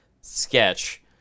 sketch